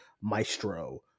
Maestro